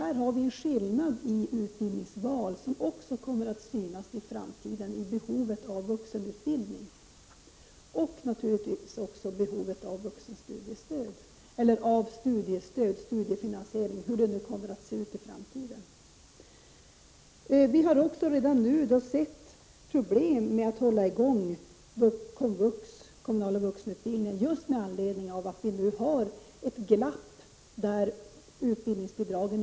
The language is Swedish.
Här har vi en skillnad i valet av utbildning som också kommer att synas i framtiden i form av människors behov av vuxenutbildning och av studiestöd, studiefinansiering — det beror ju på hur det ser ut i framtiden. Vi har redan konstaterat att det finns problem när det gäller att hålla i gång komvux, alltså den kommunala vuxenutbildningen, just på grund av det glapp som finns när det gäller utbildningsbidragen.